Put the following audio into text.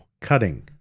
cutting